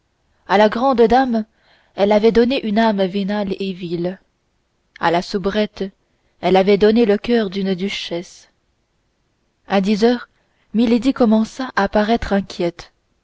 à la grande dame elle avait donné une âme vénale et vile à la soubrette elle avait donné le coeur d'une duchesse à dix heures milady commença à paraître inquiète